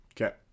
Okay